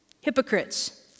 hypocrites